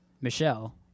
Michelle